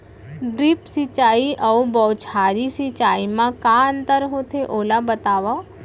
Drip सिंचाई अऊ बौछारी सिंचाई मा का अंतर होथे, ओला बतावव?